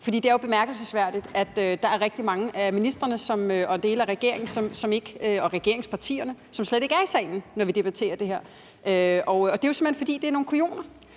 for det er jo bemærkelsesværdigt, at der er rigtig mange af ministrene og dele af regeringen og regeringspartierne, som slet ikke er i salen, når vi debatterer det her. Det er jo simpelt hen, fordi det er nogle kujoner,